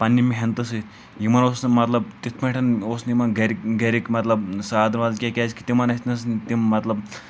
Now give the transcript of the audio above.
پننہِ محنتہٕ سۭتۍ یِمَن اوس نہٕ مطلب تِتھ پٲٹھٮۍ اوس نہٕ یِمَن گِرِک گَرِک مطلب ساتھ دِوان کینٛہہ کیازِکہِ تِمَن ٲسۍ نہٕ تِم مطلب